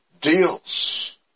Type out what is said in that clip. deals